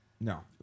No